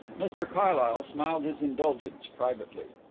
mr carlyle smiled his indulgence privately.